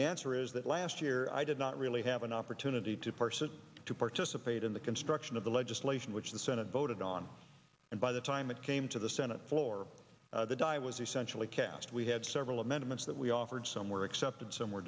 the answer is that last year i did not really have an opportunity to parse it to participate in the construction of the legislation which the senate voted on and by the time it came to the senate floor the dye was essentially cast we had several amendments that we offered some were accepted some were